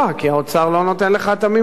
כי האוצר לא נותן לך את המימון.